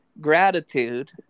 gratitude